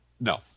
No